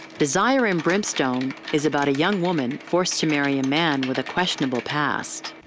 desire and brimstone is about a young woman forced to marry a man with a questionable past.